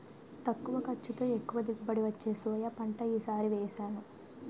తక్కువ ఖర్చుతో, ఎక్కువ దిగుబడి వచ్చే సోయా పంట ఈ సారి వేసాను